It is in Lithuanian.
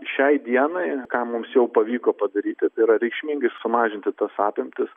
šiai dienai ką mums jau pavyko padaryti tai yra reikšmingai sumažinti tas apimtis